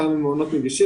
כמה מעונות מגישות.